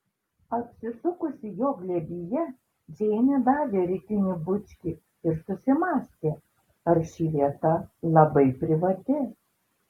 apsisukusi jo glėbyje džeinė davė rytinį bučkį ir susimąstė ar ši vieta labai privati